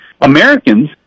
Americans